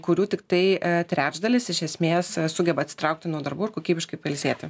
kurių tiktai trečdalis iš esmės sugeba atsitraukti nuo darbų ir kokybiškai pailsėti